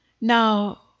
Now